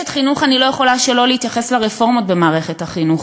כאשת חינוך אני לא יכולה שלא להתייחס לרפורמות במערכת החינוך,